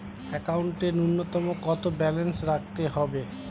একাউন্টে নূন্যতম কত ব্যালেন্স রাখতে হবে?